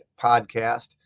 podcast